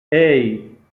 hey